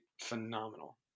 phenomenal